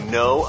no